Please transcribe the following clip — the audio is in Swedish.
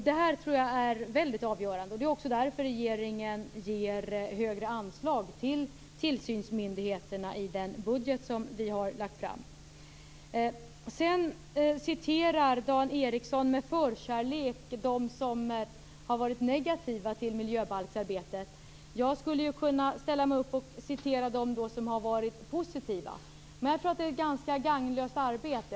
Det här är avgörande, och det är också därför regeringen ger högre anslag till tillsynsmyndigheterna i den budget som vi har lagt fram. Sedan citerar Dan Ericsson med förkärlek dem som har varit negativa till miljöbalksarbetet. Jag skulle kunna citera dem som har varit positiva, men jag tror att det är ett ganska gagnlöst arbete.